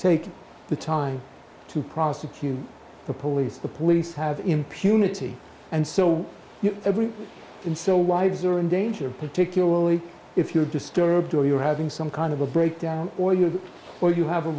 take the time to prosecute the police the police have impunity and so every and so wives are in danger particularly if you're disturbed or you're having some kind of a breakdown or you or you have a